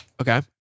Okay